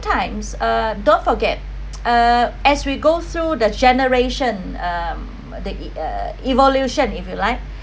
sometimes uh don't forget uh as we go through the generation um the e~ uh evolution if you like